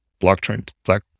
blockchain